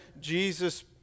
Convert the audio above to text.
Jesus